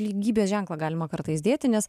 lygybės ženklą galima kartais dėti nes